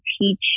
teach